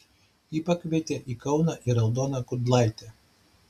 ji pakvietė į kauną ir aldoną kudlaitę